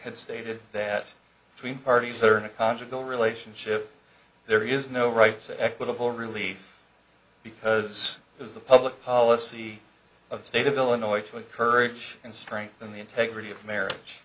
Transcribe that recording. has stated that tween parties are in a conjugal relationship there is no right to equitable relief because it was the public policy of the state of illinois to encourage and strengthen the integrity of marriage